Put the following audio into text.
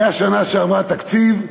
היה בשנה שעברה תקציב.